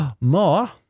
More